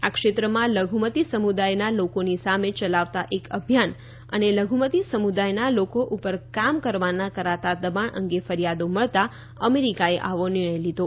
આ ક્ષેત્રમાં લઘુમતી સમુદાયના લોકોની સામે ચલાવાતા એક અભિયાન અને લઘુમતી સમુદાયના લોકો ઉપર કામ કરવાના કરાતા દબાણ અંગે ફરિયાદો મળતા અમેરિકાએ આવો નિર્ણય લીધો